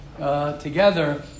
Together